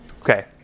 Okay